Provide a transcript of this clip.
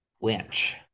winch